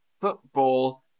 football